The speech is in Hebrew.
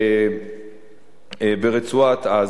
ברצועת-עזה,